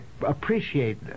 appreciate